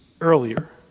earlier